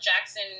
Jackson